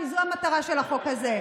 כי זו המטרה של החוק הזה,